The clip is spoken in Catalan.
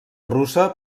russa